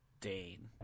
Dane